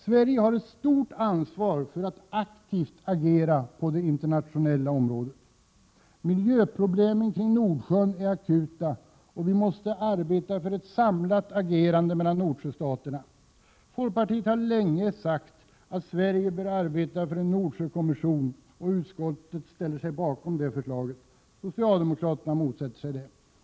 Sverige har ett stort ansvar när det gäller att agera aktivt på det internationella området. Miljöproblemen kring Nordsjön är akuta, och vi måste arbeta för ett samlat agerande Nordsjöstaterna emellan. Folkpartiet har länge sagt att Sverige bör arbeta för en Nordsjökommission. Utskottet ställer sig bakom vårt förslag, men socialdemokraterna motsätter sig detta.